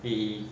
the